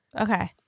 Okay